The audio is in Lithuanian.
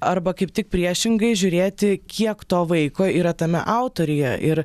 arba kaip tik priešingai žiūrėti kiek to vaiko yra tame autoriuje ir